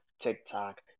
TikTok